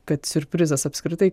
kad siurprizas apskritai